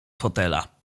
fotela